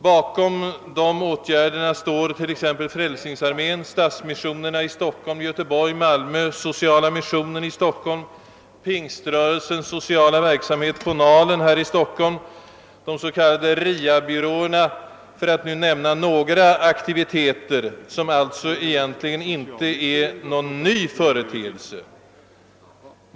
Bakom dessa åtgärder står t.ex. Frälsningsarmén, stadsmissionerna i Stockholm, Göteborg och Malmö, Sociala missionen i Stockholm, pingströrelsens sociala verksamhet på Nalen här i Stockholm och de s.k. RIA-byråerna, för att nu nämna några aktiviteter som alltså egentligen inte är några nya företeelser.